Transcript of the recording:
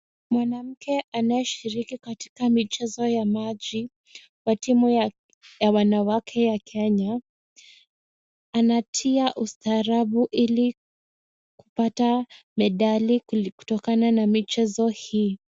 Mwanamke anayeshiriki katika michezo ya maji wa timu ya wanawake ya Kenya anatia ustaarabu ili kupata medali kutokana na michezo hii.